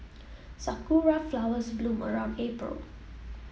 sakura flowers bloom around April